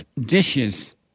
dishes